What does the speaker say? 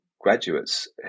graduates